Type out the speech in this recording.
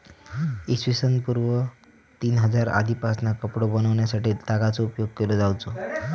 इ.स पूर्व तीन हजारच्या आदीपासना कपडो बनवच्यासाठी तागाचो उपयोग केलो जावचो